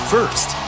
First